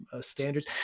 standards